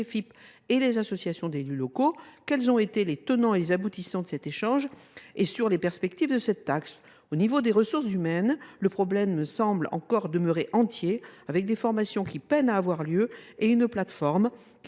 et les associations d’élus locaux. Quels ont été les tenants et les aboutissants de cet échange sur les perspectives de cette taxe ? Au niveau des ressources humaines, le problème demeure entier, avec des formations qui peinent à se tenir et une plateforme «